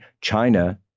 China